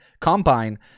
combine